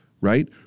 right